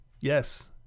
Yes